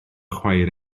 chwaer